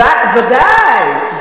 ודאי.